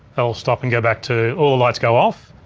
they'll stop and go back to all the lights go off,